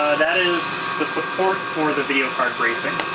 that is the support for the video card bracing.